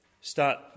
start